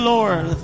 Lord